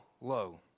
low